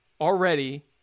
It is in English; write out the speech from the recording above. already